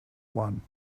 one